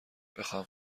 بخواهم